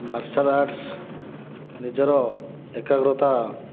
martial arts ନିଜର ଏକାଗ୍ରତା